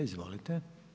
Izvolite.